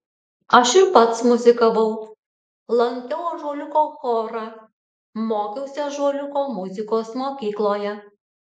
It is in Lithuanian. aš ir pats muzikavau lankiau ąžuoliuko chorą mokiausi ąžuoliuko muzikos mokykloje